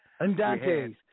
Andantes